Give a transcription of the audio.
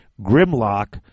Grimlock